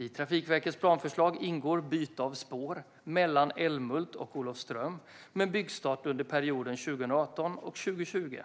I Trafikverkets planförslag ingår byte av spår mellan Älmhult och Olofström med byggstart under perioden 2018-2020.